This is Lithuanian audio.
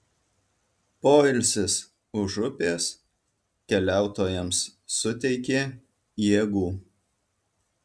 poilsis už upės keliautojams suteikė jėgų